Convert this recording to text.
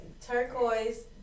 turquoise